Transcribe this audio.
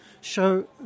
show